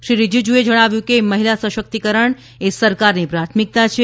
શ્રી રિજિજુએ જણાવ્યું હતું કે મહિલા સશક્તિકરણ એ સરકારની પ્રાથમિકતા છે